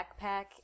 backpack